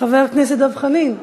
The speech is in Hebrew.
חבר הכנסת דב חנין,